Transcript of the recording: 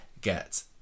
get